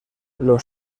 los